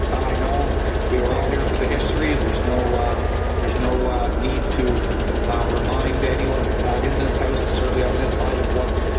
i know we are all here for the history. there is no there is no need to remind anyone in this house and certainly on this side of what